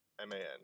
M-A-N